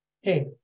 Hey